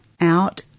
Out